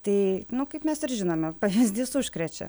tai nu kaip mes ir žinome pavyzdys užkrečia